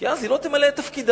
כי אז היא לא תמלא את תפקידה.